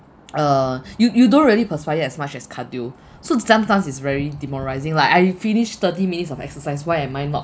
uh you you don't really perspire as much as cardio so sometimes it's very demoralizing like I finish thirty minutes of exercise why am I not